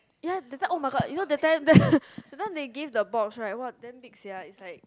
ya that time oh my god you know that time that time they give the box right !whoa! damn big sia is like